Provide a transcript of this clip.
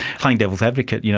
playing devil's advocate, you know,